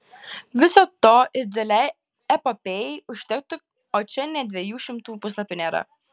viso to ir didelei epopėjai užtektų o čia nė dviejų šimtų puslapių nėra